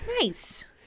Nice